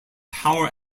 power